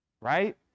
Right